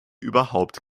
überhaupt